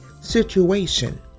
situation